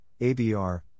ABR